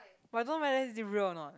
but I don't know whether is it real or not